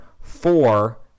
four